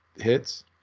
hits